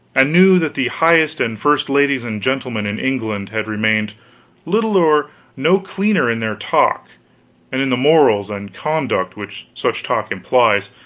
and knew that the highest and first ladies and gentlemen in england had remained little or no cleaner in their talk, and in the morals and conduct which such talk implies,